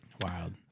Wild